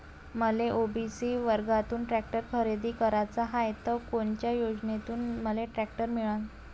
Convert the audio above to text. मले ओ.बी.सी वर्गातून टॅक्टर खरेदी कराचा हाये त कोनच्या योजनेतून मले टॅक्टर मिळन?